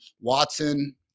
Watson